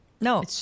No